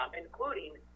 Including